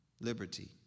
liberty